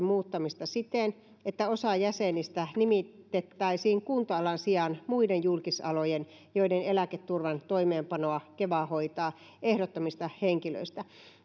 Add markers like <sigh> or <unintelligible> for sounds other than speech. <unintelligible> muuttamista siten että osa jäsenistä nimitettäisiin kunta alan sijaan muiden julkisalojen joiden eläketurvan toimeenpanoa keva hoitaa ehdottamista henkilöistä